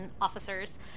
officers